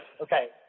Okay